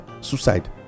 suicide